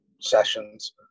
sessions